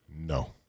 No